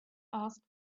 asked